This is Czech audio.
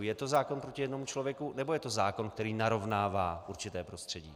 Je to zákon proti jednomu člověku, nebo je to zákon, který narovnává určité prostředí?